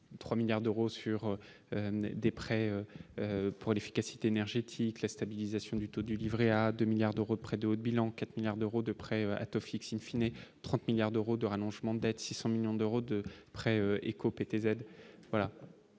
3 milliards d'euros sur des prêts pour l'efficacité énergétique, la stabilisation du taux du Livret A à 2 milliards de reprennent de votre bilan 4 milliards d'euros de prêts à taux fixe, in fine, et 30 milliards d'euros de rallongement d'être 600 millions d'euros de prêt éco-PTZ voilà.